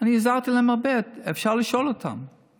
אני עזרתי להם הרבה, אפשר לשאול אותם.